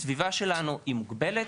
הסביבה שלנו היא מוגבלת.